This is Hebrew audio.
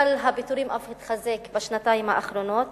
גל הפיטורים אף התחזק בשנתיים האחרונות